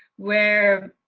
where